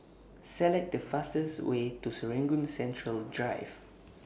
Select The fastest Way to Serangoon Central Drive